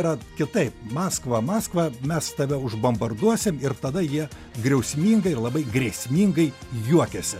yra kitaip maskva maskva mes tada užbombarduojam ir tada jie griausmingai ir labai grėsmingai juokiasi